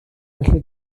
felly